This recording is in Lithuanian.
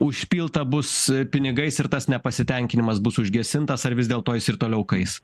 užpilta bus pinigais ir tas nepasitenkinimas bus užgesintas ar vis dėlto jis ir toliau kais